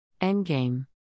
Endgame